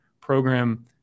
program